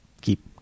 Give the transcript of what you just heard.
keep